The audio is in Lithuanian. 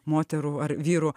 moterų ar vyrų